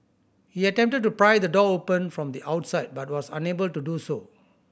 he attempted to pry the door open from the outside but was unable to do so